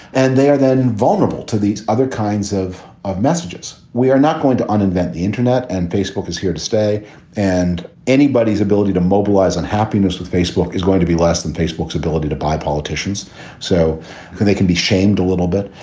and they are then vulnerable to these other kinds of of messages. we are not going to un invent the internet and facebook is here to stay and anybody's ability to mobilize unhappiness with facebook is going to be less than facebook ability to buy politicians so they can be shamed a little bit.